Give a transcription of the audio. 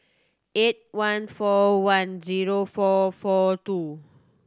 eight one four one zero four four two